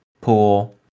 Pool